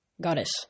goddess